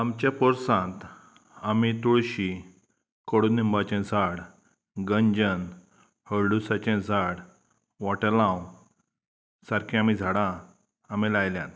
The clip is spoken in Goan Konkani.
आमच्या पोरसांत आमी तुळशी कोडुनिंबाचें झाड गंजन हळडुसाचें झाड वोटेलांव सारकी आमी झाडां आमी लायल्यात